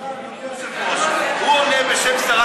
סליחה, אדוני היושב-ראש, הוא עונה בשם שרת